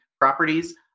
properties